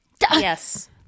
Yes